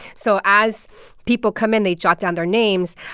so as people come in, they jot down their names.